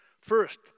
First